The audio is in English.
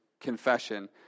confession